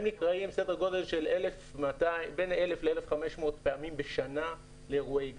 הם נקראים בין 1,000 ל-1,5000 פעמים בשנה לאירועי גז.